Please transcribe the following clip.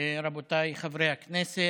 רבותיי חברי הכנסת,